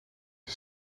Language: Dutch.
een